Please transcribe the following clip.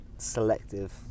selective